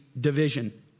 division